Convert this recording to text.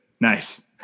Nice